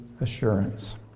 assurance